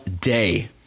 day